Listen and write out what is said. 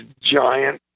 giant